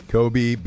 Kobe